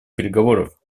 переговоров